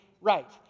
right